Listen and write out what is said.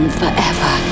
forever